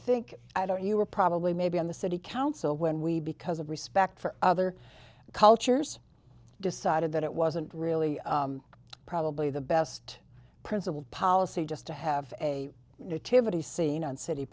think i don't you were probably maybe on the city council when we because of respect for other cultures decided that it wasn't really probably the best principal policy just to have a nativity scene on city